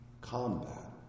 combat